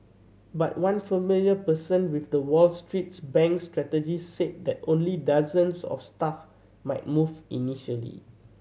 but one familiar person with the Wall Street bank's strategy said that only dozens of staff might move initially